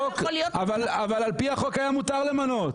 אבל על פי החוק היה מותר למנות.